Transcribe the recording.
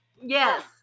Yes